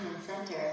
center